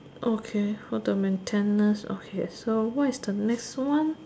okay for the maintenance okay so what is the next one